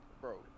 Bro